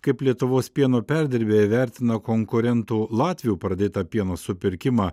kaip lietuvos pieno perdirbėjai vertina konkurentų latvių pradėtą pieno supirkimą